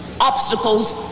obstacles